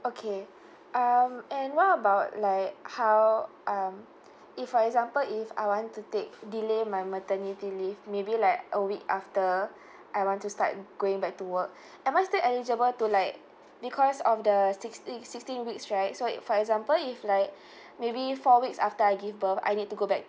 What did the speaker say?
okay um and what about like how um if for example if I want to take delay my maternity leave maybe like a week after I want to start going back to work am I still eligible to like because of the sixteen sixteen weeks right so if for example if like maybe four weeks after I give birth I need to go back to